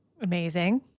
Amazing